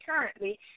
currently